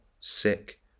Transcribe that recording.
sick